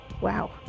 Wow